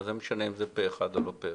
מה זה משנה אם זה פה אחד או לא פה אחד?